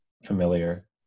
Familiar